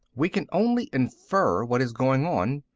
we can only infer what is going on.